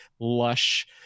lush